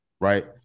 right